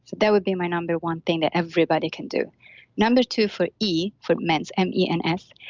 that would be my number one thing that everybody can do number two for e, for mens, m e n s,